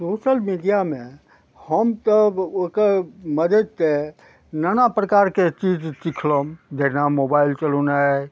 social मीडियामे हम तब ओकर मददके नाना प्रकारके चीज सिखलहुँ जेना मोबाइल चलौनाइ